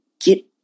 get